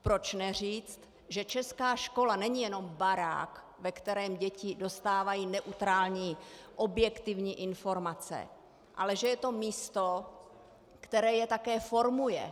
Proč neříct, že česká škola není jenom barák, ve kterém děti dostávají neutrální objektivní informace, ale že je to místo, které je také formuje?